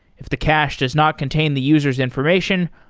if the cache does not contain the user s information,